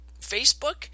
Facebook